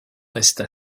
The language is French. resta